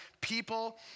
people